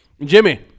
Jimmy